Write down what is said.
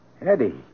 Eddie